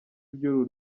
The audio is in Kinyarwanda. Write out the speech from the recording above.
iby’uru